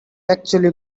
actually